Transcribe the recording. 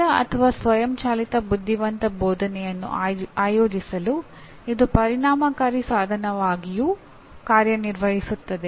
ನೇರ ಅಥವಾ ಸ್ವಯಂಚಾಲಿತ ಬುದ್ಧಿವಂತ ಬೋಧನೆಯನ್ನು ಆಯೋಜಿಸಲು ಇದು ಪರಿಣಾಮಕಾರಿ ಸಾಧನವಾಗಿಯೂ ಕಾರ್ಯನಿರ್ವಹಿಸುತ್ತದೆ